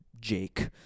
Jake